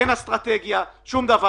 אין אסטרטגיה, אין שום דבר.